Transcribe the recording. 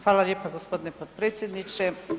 Hvala lijepa gospodine potpredsjedniče.